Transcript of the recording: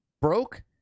broke